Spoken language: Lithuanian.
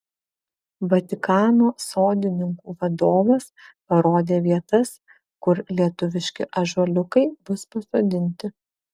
vatikano sodininkų vadovas parodė vietas kur lietuviški ąžuoliukai bus pasodinti